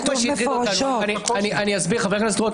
אני מציע לכם שתתחייבו,